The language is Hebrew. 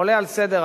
עולה על סדר-היום,